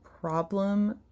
problem